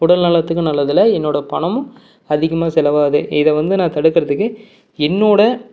உடல் நலத்துக்கும் நல்லதில்ல என்னோட பணமும் அதிகமாக செலவாகுது இதை வந்து நான் தடுக்கிறதுக்கு என்னோட